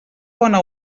bona